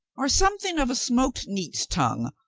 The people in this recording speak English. or something of a smoked neat's tongue,